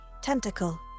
tentacle